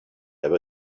there